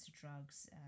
drugs